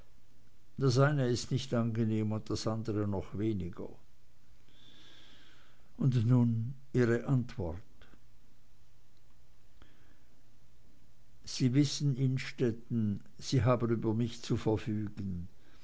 das eine ist nicht angenehm und das andere noch weniger und nun ihre antwort sie wissen innstetten sie haben über mich zu verfügen